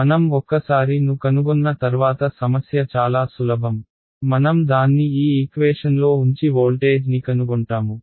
మనం ఒక్కసారి ను కనుగొన్న తర్వాత సమస్య చాలా సులభం మనం దాన్ని ఈ ఈక్వేషన్లో ఉంచి వోల్టేజ్ని కనుగొంటాము